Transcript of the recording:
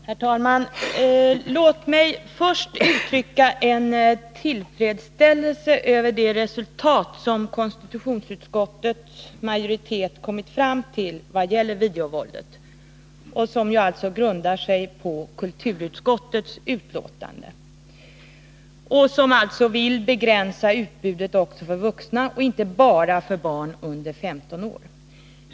Herr talman! Låt mig först uttrycka min tillfredsställelse över det resultat som konstitutionsutskottets majoritet kommit fram till vad gäller videovåldet. Detta grundar sig på kulturutskottets yttrande. Man vill alltså begränsa utbudet också för vuxna och inte bara för barn under 15 år.